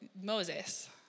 Moses